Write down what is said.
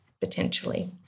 potentially